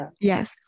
Yes